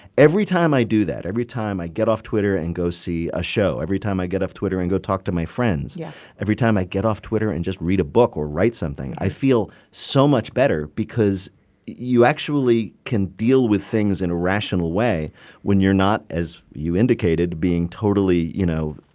every time i do that, every time i get off twitter and go see a show, every time i get off twitter and go talk to my friends, yeah every time i get off twitter and just read a book or write something, i feel so much better because you actually can deal with things in a rational way when you're not, as you indicated, being totally, you know,